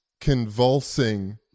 convulsing